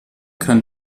kann